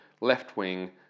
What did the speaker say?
left-wing